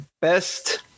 best